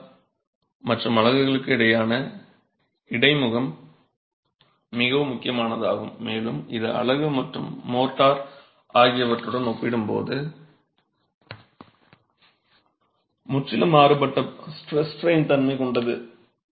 mortar மற்றும் அலகுகளுக்கு இடையிலான இடைமுகம் மிகவும் முக்கியமானதாகும் மேலும் இது அலகு மற்றும் மோர்டார் ஆகியவற்றுடன் ஒப்பிடும்போது முற்றிலும் மாறுபட்ட ஸ்ட்ரெஸ் ஸ்ட்ரைன் தன்மை கொண்டது